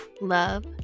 love